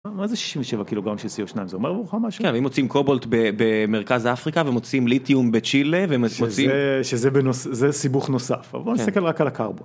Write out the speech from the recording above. מה זה 67 קילוגרם של CO2 זה אומר לך משהו? כן, אם מוצאים קובלט במרכז האפריקה ומוצאים ליתיום בצ'ילה... וזה סיבוך נוסף, אבל בוא נסתכל רק על הקרבון.